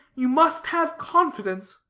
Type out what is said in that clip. you must have confidence.